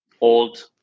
old